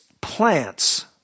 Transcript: plants